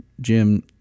Jim